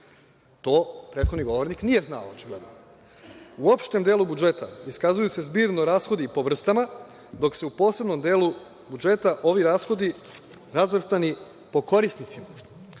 To prethodni govornik nije znao očigledno. U opštem delu budžeta iskazuju se zbirno rashodi po vrstama, dok su u posebnom delu budžeta ovi rashodi razvrstani po korisnicima.